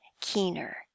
keener